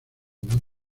otros